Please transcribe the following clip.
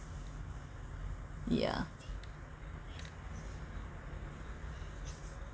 yeah